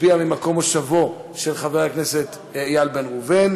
הצביע ממקום מושבו של איל בן ראובן.